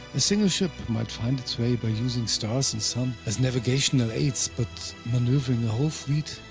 a single ship might find its way by using stars and sun as navigational aids but maneuvering a whole fleet,